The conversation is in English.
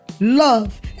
love